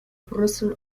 brüssel